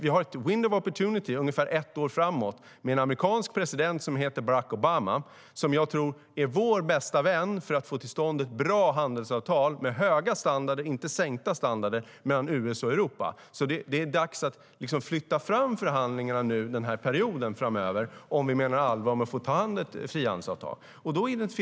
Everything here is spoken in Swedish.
Vi har ett window of opportunity ungefär ett år framåt med en amerikansk president som heter Barack Obama, som jag tror är vår bästa vän för att få till stånd ett bra handelsavtal med höga standarder, inte sänkta standarder, mellan USA och Europa.Det är dags att flytta fram positionerna i förhandlingarna framöver om vi menar allvar med att ta fram ett frihandelsavtal.